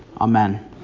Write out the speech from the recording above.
Amen